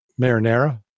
Marinara